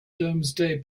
domesday